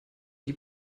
die